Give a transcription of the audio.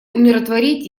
умиротворить